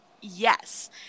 Yes